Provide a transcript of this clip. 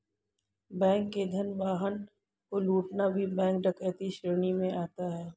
bank के धन वाहन को लूटना भी बैंक डकैती श्रेणी में आता है